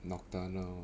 nocturnal